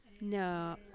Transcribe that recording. No